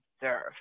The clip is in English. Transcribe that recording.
observe